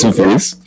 face